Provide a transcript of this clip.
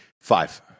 five